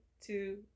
two